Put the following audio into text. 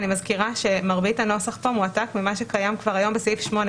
אני מזכירה שמרבית הנוסח פה מועתק ממה שקיים כבר היום בסעיף 8,